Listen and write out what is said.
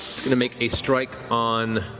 it's going to make a strike on,